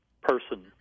person